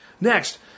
Next